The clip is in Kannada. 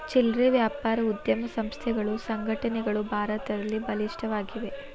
ಚಿಲ್ಲರೆ ವ್ಯಾಪಾರ ಉದ್ಯಮ ಸಂಸ್ಥೆಗಳು ಸಂಘಟನೆಗಳು ಭಾರತದಲ್ಲಿ ಬಲಿಷ್ಠವಾಗಿವೆ